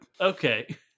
Okay